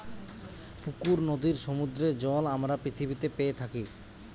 পুকুর, নদীর, সমুদ্রের জল আমরা পৃথিবীতে পেয়ে থাকি